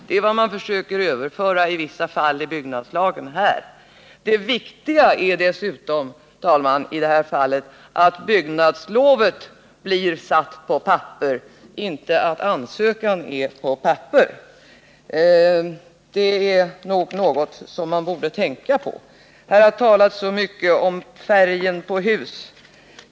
Det är vad man här försöker överföra i byggnadslagen i vissa fall. Det viktiga är dessutom, herr talman, i detta fall att byggnadslovet blir satt på papper, inte att ansökan är på papper. Det är något som man borde tänka på. Här har talats så mycket om färgen på hus.